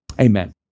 amen